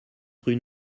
rue